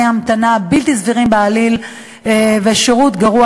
המתנה בלתי סבירים בעליל ושירות גרוע.